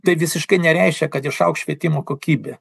tai visiškai nereiškia kad išaugs švietimo kokybė